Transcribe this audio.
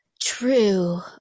true –